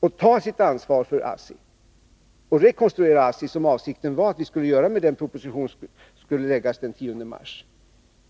och ta sitt ansvar för ASSI och rekonstruera ASSI som avsikten var med den proposition som skulle läggas fram den 10 mars.